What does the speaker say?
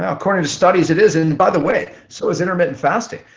according to studies, it is. and by the way, so is intermittent fasting.